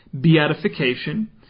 beatification